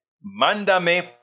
Mándame